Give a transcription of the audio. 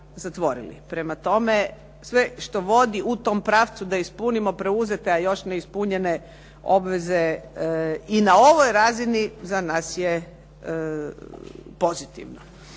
zatvorili. Prema tome, sve što vodi u tom pravcu da ispunimo preuzete a još neispunjene obveze i na ovoj razini za nas je pozitivno.